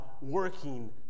working